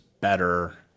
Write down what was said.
better